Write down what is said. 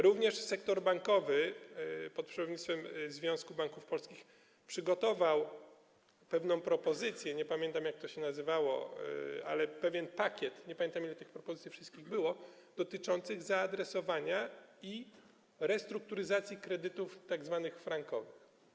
Również sektor bankowy pod przewodnictwem Związku Banków Polskich przygotował pewną propozycję, nie pamiętam, jak to się nazywało, pewien pakiet, nie pamiętam, ile tych wszystkich propozycji było, dotyczący zaadresowania i restrukturyzacji kredytów tzw. frankowych.